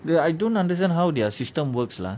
I don't understand how the system works lah